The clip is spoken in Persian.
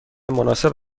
مناسب